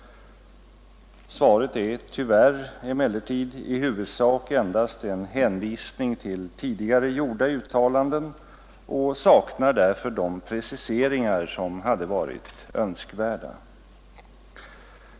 Emellertid är svaret tyvärr i huvudsak endast en hänvisning till tidigare gjorda uttalanden och saknar därför de preciseringar som hade varit önskvärda.